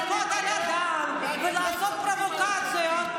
לרקוד על הדם ולעשות פרובוקציות.